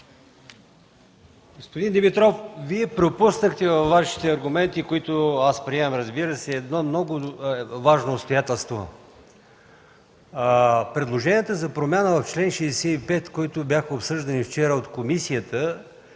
Господин Димитров, пропуснахте във Вашите аргументи, които приемам, разбира се, едно много важно обстоятелство. Предложенията за промяна в чл. 65, които бяха обсъждани вчера от комисията,